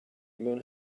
mewn